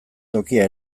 tokia